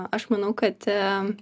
aš manau kad